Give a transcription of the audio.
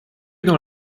dans